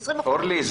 20%. אורלי,